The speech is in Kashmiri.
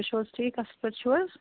تُہۍ چھُو حظ ٹھیٖک اَصٕل پٲٹھۍ چھُو حظ